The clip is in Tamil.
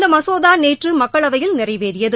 இந்த மசோதா நேற்று மக்களவையில் நிறைவேறியது